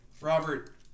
Robert